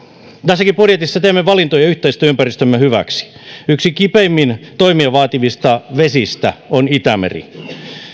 tässäkin budjetissa teemme valintoja yhteisen ympäristömme hyväksi yksi kipeimmin toimia vaativista vesistä on itämeri